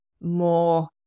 more